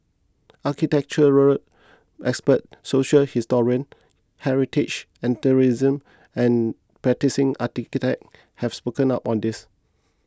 architectural experts social historian heritage enthusiasts and practising architects have spoken up on this